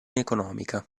economica